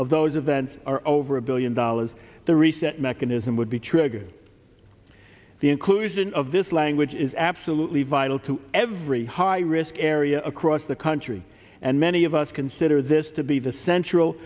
of those events are over a billion dollars the reset mechanism would be triggered the inclusion of this language is absolutely vital to every high risk area across the country and many of us consider this to be the central